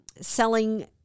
selling